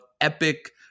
Epic